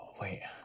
Wait